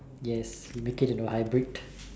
yes you make it into hybrid